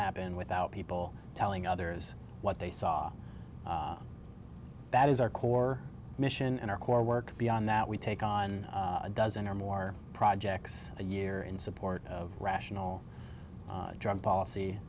happen without people telling others what they saw that is are for mission and our core work beyond that we take on a dozen or more projects a year in support of rational drug policy